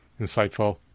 insightful